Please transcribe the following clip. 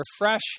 refresh